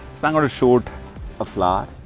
so i'm going to shoot a flower